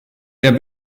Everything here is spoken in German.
der